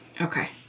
Okay